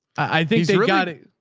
i think they got it.